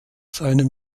seinem